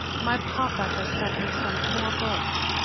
my papa has sent me some more books,